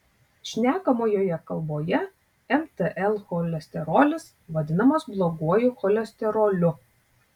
šnekamojoje kalboje mtl cholesterolis vadinamas bloguoju cholesteroliu